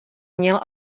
měl